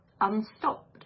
unstopped